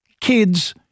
kids